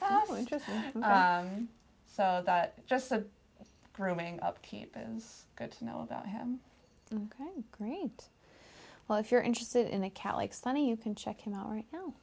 just so that just a grooming upkeep is good to know about him ok great well if you're interested in a catholic sonny you can check him out right now